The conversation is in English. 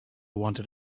wanted